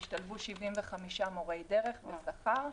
והשתלבו 75 מורי דרך עם שכר.